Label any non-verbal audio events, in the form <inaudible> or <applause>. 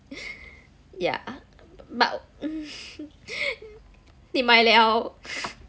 yeah but <laughs> 你买 liao